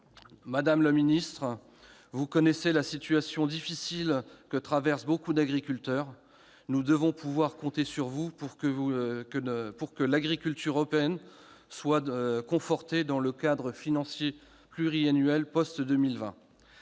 Madame la ministre, vous connaissez la situation difficile que traversent beaucoup d'agriculteurs. Nous devons pouvoir compter sur vous pour que l'agriculture européenne soit confortée dans le cadre financier pluriannuel post-2020.